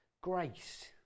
grace